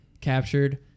captured